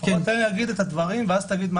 לפחות תן לי להגיד את הדברים ואז תגיד מה